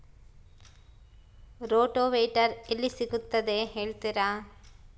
Rotavator ಎಲ್ಲಿ ಸಿಗುತ್ತದೆ ಹೇಳ್ತೇರಾ?